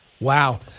Wow